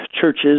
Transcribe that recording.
churches